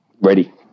ready